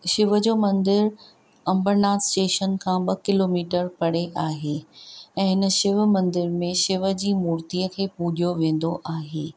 शिव जो मंदर अंबरनाथ स्टेशन खां ॿ किलोमीटर परे आहे ऐं हिन शिव मंदर में शिव जी मूर्तीअ खे पूॼियो वेंदो आहे